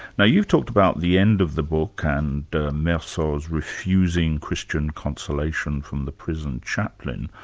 now you've talked about the end of the book and merceau's refusing christian consolation from the prison chaplain.